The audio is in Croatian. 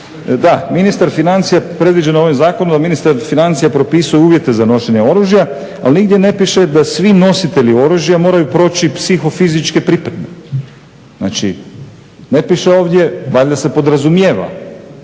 kolega Šuker, da, predviđeno je ovim zakonom da ministar financija propisuje uvjete za nošenje oružja, ali nigdje ne piše da svi nositelji oružja moraju proći psihofizičke pripreme. Znači ne piše ovdje, valjda se podrazumijeva